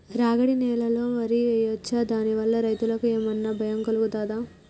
రాగడి నేలలో వరి వేయచ్చా దాని వల్ల రైతులకు ఏమన్నా భయం కలుగుతదా?